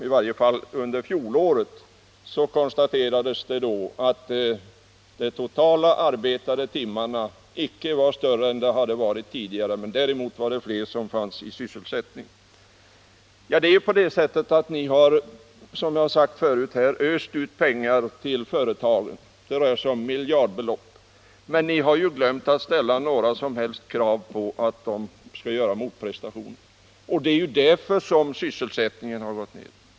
I varje fall beträffande fjolåret konstateras att det totala antalet arbetade timmar icke varit större än tidigare, medan det däremot fanns fler i sysselsättning. Ni har helt enkelt, som jag sagt förut, öst ut pengar till företagen — det rör sig om miljardbelopp — men glömt att ställa några som helst krav på att de skall göra motprestationer. Det är också därför som sysselsättningen har gått ned.